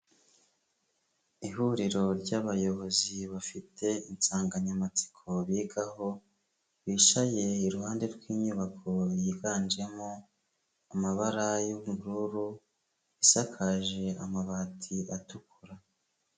Ihuriro ry'abayobozi bafite insanganyamatsiko bigaho, bicaye iruhande rw'inyubako yiganjemo amabara y'ubururu, isakaje amabati atukura.